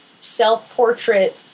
self-portrait